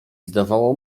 zdawało